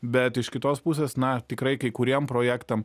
bet iš kitos pusės na tikrai kai kuriem projektam